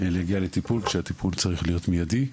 להגיע לטיפול כשהטיפול צריך להיות מיידי,